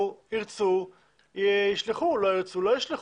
ירצו ישלחו, לא ירצו לא ישלחו.